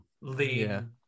lean